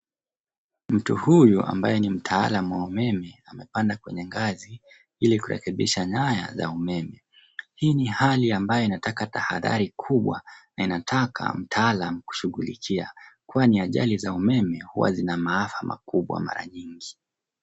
Mtu huyu ambaye ni mtaalam wa umeme amepanda kwenye ngazi ili kurekebisha nyaya za umeme. Hii ni hali ambayo inataka taadhari kubwa na inataka mtaalam kushughulikia kwani ajali za umeme huwa zina maafa makubwa mara nyingi.